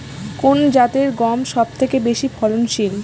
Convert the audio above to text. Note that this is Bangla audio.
কোন জাতের গম সবথেকে বেশি ফলনশীল?